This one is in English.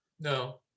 No